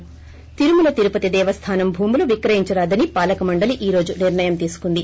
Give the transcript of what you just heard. ి తిరుమల తిరుపతి దేవస్థానం భూములు విక్రయించరాదని పాలక మండలీ ఈ రోజు నిర్లయం తీసుకుంది